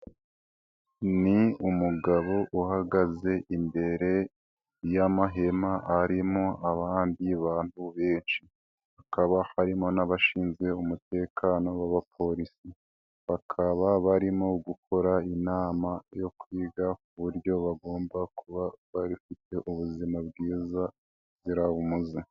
Ni umugabo uhagaze imbere, y'amahema arimo abandi bantu benshi. Hakaba harimo n'abashinzwe umutekano w'abapolisi. Bakaba barimo gukora inama yo kwiga ku buryo bagomba kuba bafite ubuzima bwiza buzira umuze.